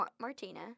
Martina